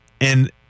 And-